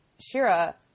Shira